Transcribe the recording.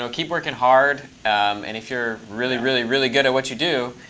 so keep working hard, um and if you're really, really, really good at what you do,